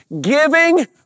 Giving